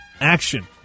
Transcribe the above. action